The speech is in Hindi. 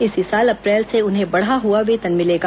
इसी साल अप्रैल से उन्हें बढ़ा हुआ वेतन मिलेगा